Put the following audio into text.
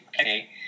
Okay